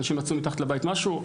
אנשים מצאו מתחת לבית שלהם משהו,